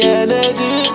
energy